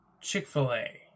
Chick-fil-A